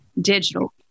digital